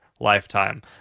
lifetime